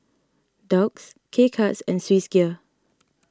Doux K Cuts and Swissgear